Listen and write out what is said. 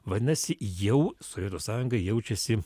vadinasi jau sovietų sąjunga jaučiasi